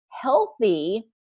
healthy